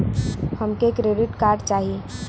हमके credit card चाही